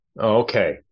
Okay